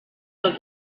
del